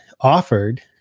offered